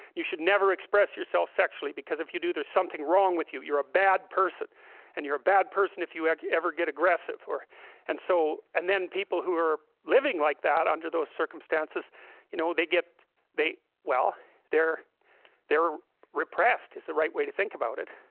you should never express yourself sexually because if you do there's something wrong with you you're a bad person and you're a bad person if you ever ever get aggressive or and so and then people who are living like that under those circumstances you know they get they well they're they're repressed is the right way to think about it